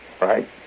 right